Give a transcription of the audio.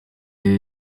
igihe